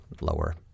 lower